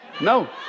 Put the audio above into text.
No